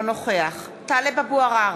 אינו נוכח טלב אבו עראר,